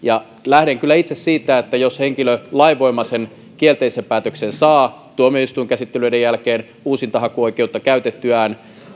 lähden kyllä itse siitä että jos henkilö lainvoimaisen kielteisen päätöksen saa tuomioistuinkäsittelyiden jälkeen uusintahakuoikeutta käytettyään